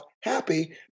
happy